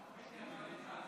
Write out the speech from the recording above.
הכואבות